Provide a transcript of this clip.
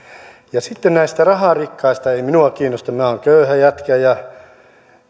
ja sitten näistä raharikkaista ei minua kiinnosta minä olen köyhä jätkä ja